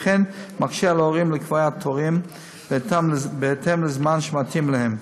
וכן הדבר מקשה על ההורים לקבוע תורים בהתאם לזמן שמתאים להם.